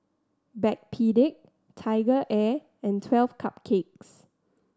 Backpedic TigerAir and Twelve Cupcakes